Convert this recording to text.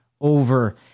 over